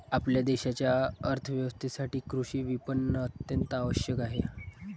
आपल्या देशाच्या अर्थ व्यवस्थेसाठी कृषी विपणन अत्यंत आवश्यक आहे